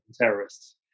terrorists